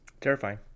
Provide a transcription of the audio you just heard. Terrifying